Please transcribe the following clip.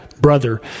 brother